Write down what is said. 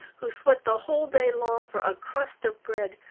who sweat the whole day long for a crust of bread,